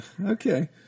Okay